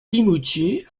pimoutier